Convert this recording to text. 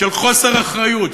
של חוסר אחריות,